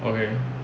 okay